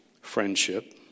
friendship